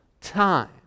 time